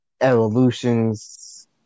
evolutions